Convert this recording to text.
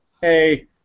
Hey